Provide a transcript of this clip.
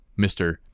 Mr